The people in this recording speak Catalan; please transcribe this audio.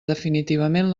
definitivament